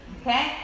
Okay